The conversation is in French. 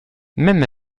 même